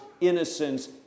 innocence